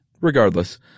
Regardless